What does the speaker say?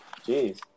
Jeez